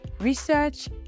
Research